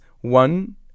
one